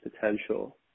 potential